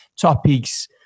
topics